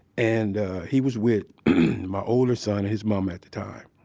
and he was with my older son, his mama at the time.